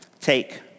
Take